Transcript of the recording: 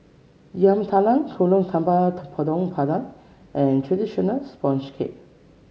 Yam Talam Kuih Talam Tepong Pandan and traditional sponge cake